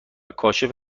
کاشف